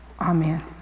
Amen